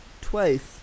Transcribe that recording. twice